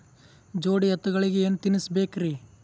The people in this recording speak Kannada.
ಜೋಡಿ ಎತ್ತಗಳಿಗಿ ಏನ ತಿನಸಬೇಕ್ರಿ?